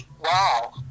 wow